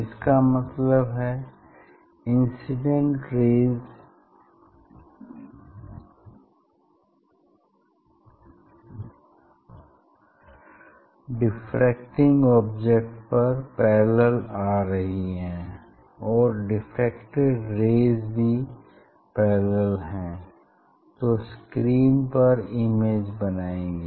इसका मतलब है इंसिडेंट रेज़ डिफ्रेक्टिंग ऑब्जेक्ट पर पैरेलल आ रही हैं और डिफ्रेक्टेड रेज़ भी पैरेलल हैं जो स्क्रीन पर इमेज बनाएंगी